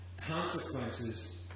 consequences